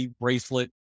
bracelet